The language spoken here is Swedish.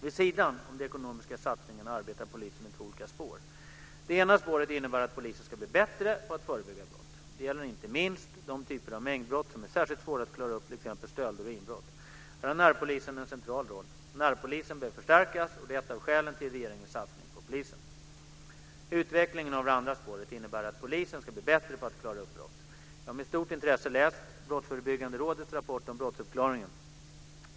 Vid sidan om de ekonomiska satsningarna arbetar polisen i två olika spår. Det ena spåret innebär att polisen ska bli bättre på att förebygga brott. Det gäller inte minst de typer av mängdbrott som är särskilt svåra att klara upp, t.ex. stölder och inbrott. Här har närpolisen en central roll. Närpolisen behöver förstärkas och det är ett av skälen till regeringens satsning på polisen. Utvecklingen av det andra spåret innebär att polisen ska bli bättre på att klara upp brott. Jag har med stort intresse läst Brottsförebyggande rådets rapport om brottsuppklaringen.